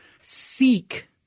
Seek